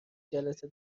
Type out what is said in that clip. جلسه